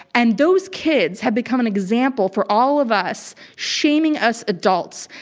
and those kids have become an example for all of us, shaming us adults,